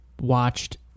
watched